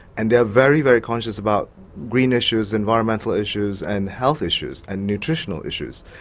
and they're very, very conscious about green issues, environmental issues, and health issues, and nutritional issues.